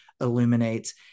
illuminates